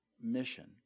mission